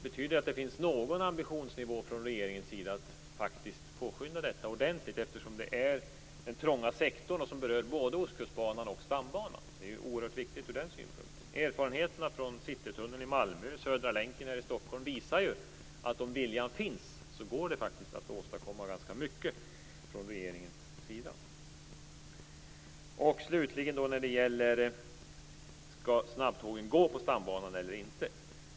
Betyder det att regeringen har någon ambition att ordentligt påskynda detta, eftersom det gäller den trånga sektorn som berör både Ostkustbanan och Stambanan? Projektet är ju oerhört viktigt från den synpunkten. Erfarenheterna från Citytunneln i Malmö och Södra länken i Stockholm visar att det faktiskt går att åstadkomma ganska mycket om viljan finns hos regeringen. Stambanan eller inte.